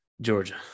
Georgia